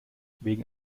wegen